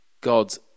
God's